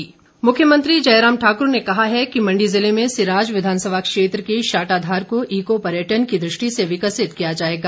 मुख्यमंत्री मुख्यमंत्री जयराम ठाकुर ने कहा है कि मण्डी जिले में सिराज विधानसभा क्षेत्र के शाटाधार को ईको पर्यटन की दृष्टि से विकसित किया जाएगा